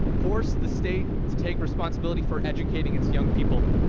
force the state to take responsibility for educating its young people.